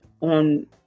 on